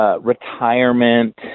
Retirement